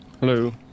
Hello